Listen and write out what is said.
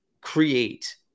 create